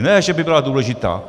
Ne že by byla nedůležitá.